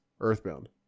Earthbound